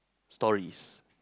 story is